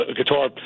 guitar